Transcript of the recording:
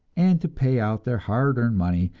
and to pay out their hard-earned money,